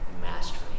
mastery